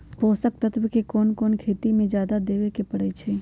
पोषक तत्व क कौन कौन खेती म जादा देवे क परईछी?